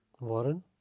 Warren